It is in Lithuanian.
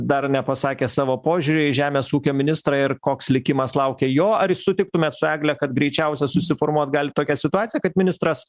dar nepasakė savo požiūrio į žemės ūkio ministrą ir koks likimas laukia jo ar sutiktumėt su egle kad greičiausia susiformuot gali tokia situacija kad ministras